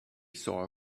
saw